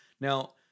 Now